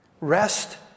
Rest